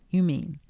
you mean?